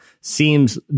seems